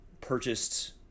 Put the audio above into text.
purchased